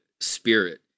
spirit